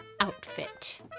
outfit